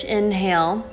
inhale